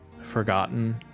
forgotten